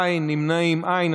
אין, נמנעים, אין.